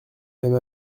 même